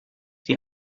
die